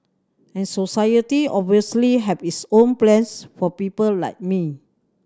and society obviously have its own plans for people like me